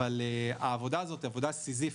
אבל העבודה הזו היא עבודה סיזיפית,